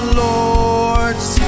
lords